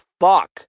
fuck